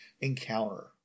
encounter